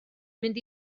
mynd